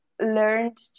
learned